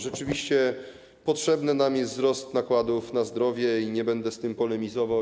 Rzeczywiście, potrzebny nam jest wzrost nakładów na zdrowie i nie będę z tym polemizował.